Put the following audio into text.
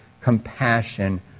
compassion